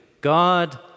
God